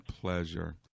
pleasure